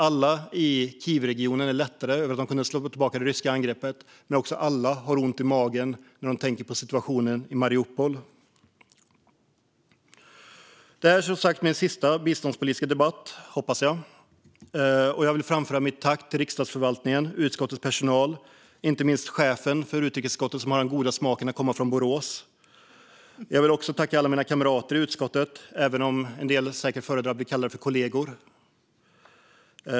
Alla i Kievregionen är lättade över att de kunde slå tillbaka det ryska angreppet, men alla har också ont i magen när de tänker på situationen i Mariupol. Detta är som sagt min sista biståndspolitiska debatt - hoppas jag. Jag vill framföra mitt tack till riksdagsförvaltningen, till utskottets personal och inte minst till chefen för utrikesutskottet, som har den goda smaken att komma från Borås. Jag vill också tacka alla mina kamrater i utskottet, även om en del säkert föredrar att bli kallade kollegor.